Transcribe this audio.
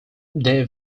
they